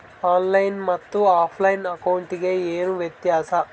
On line ಮತ್ತೆ offline ಅಕೌಂಟಿಗೆ ಏನು ವ್ಯತ್ಯಾಸ?